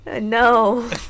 No